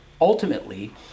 ultimately